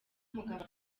umugabo